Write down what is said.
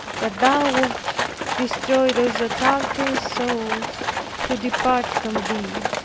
that thou wilt destroy those adulterous souls who depart from thee.